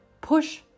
push